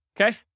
okay